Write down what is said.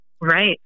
Right